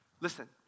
Listen